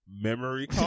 memory